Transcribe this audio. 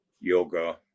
yoga